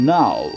now